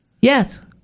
Yes